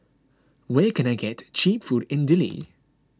where can I get Cheap Food in Dili